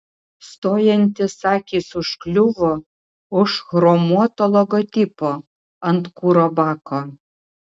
stojantis akys užkliuvo už chromuoto logotipo ant kuro bako